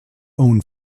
own